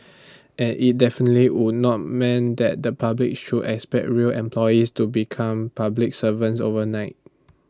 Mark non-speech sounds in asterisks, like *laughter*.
*noise* and IT definitely would not mean that the public should expect rail employees to become public servants overnight